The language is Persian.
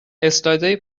اسلایدهای